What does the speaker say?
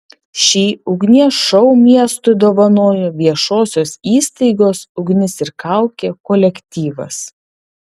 šį ugnies šou miestui dovanojo viešosios įstaigos ugnis ir kaukė kolektyvas